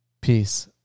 peace